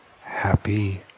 happy